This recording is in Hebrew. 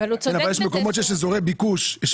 יש מקומות שיש בהם אזורי ביקוש,